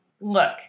Look